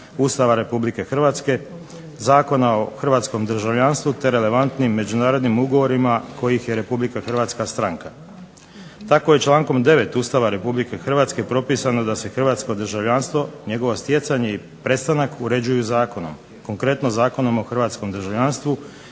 Ustava Republike Hrvatske, Zakona o hrvatskom državljanstvu te relevantnim međunarodnim ugovorima kojih je Republika Hrvatska stranka. Tako je člankom 9. Ustava Republike Hrvatske propisano da se hrvatsko državljanstvo, njegovo stjecanje i prestanak uređuju zakon, konkretno Zakonom o hrvatskom državljanstvu